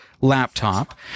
laptop